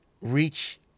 reach